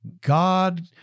God